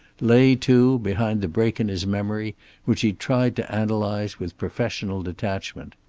lay, too, behind the break in his memory which he tried to analyze with professional detachment.